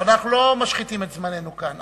אבל אנחנו לא משחיתים את זמננו כאן.